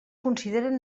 consideren